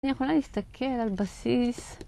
אני יכולה להסתכל על בסיס